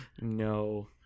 No